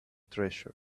treasure